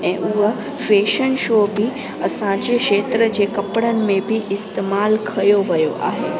ऐं उहो fashion show बि असांजे खेत्र जे कपिड़नि में बि इस्तेमालु कयो वियो आहे